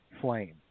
flame